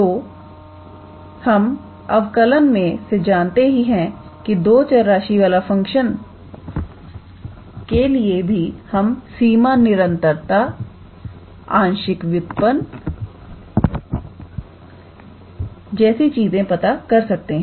दो हम अवकलन मे से जानते ही हैं कि दो चर राशि वाला फंक्शनके लिए भी हम सीमा निरंतरता आंशिक व्युत्पन्न जैसी चीजें पता कर सकते हैं